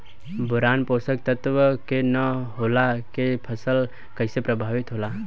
Boron पोषक तत्व के न होला से फसल कइसे प्रभावित होला?